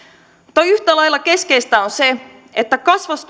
tai yhtä lailla keskeistä on se että